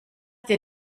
dir